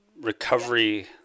recovery